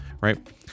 right